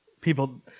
people